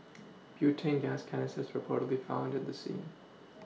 butane gas canisters were reportedly found at the scene